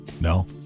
No